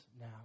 now